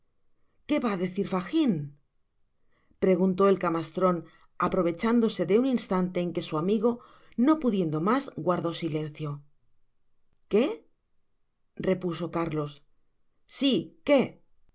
que vá á decir fagin preguntó el camastron aprovechándose de un instante en que su amigo no pudiendo mas guardó silencio que repuso cárlos si que